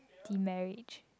the marriage